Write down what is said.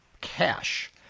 cash